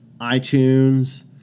iTunes